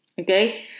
okay